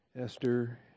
Esther